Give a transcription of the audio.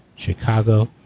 Chicago